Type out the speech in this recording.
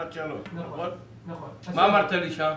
פרט 3. מה אמרת לי שם?